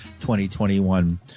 2021